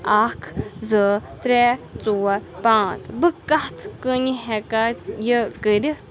اَکھ زٕ ترٛےٚ ژور پانٛژھ بہٕ کَتھ کٔنۍ ہٮ۪کھا یہِ کٔرِتھ